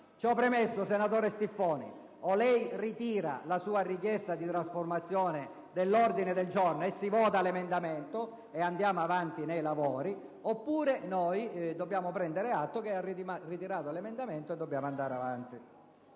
Ciò premesso, senatore Stiffoni, o lei ritira la sua richiesta di trasformazione in ordine del giorno e si vota l'emendamento, e noi andiamo avanti nei lavori, oppure noi dobbiamo prendere atto che ha ritirato l'emendamento. *(Commenti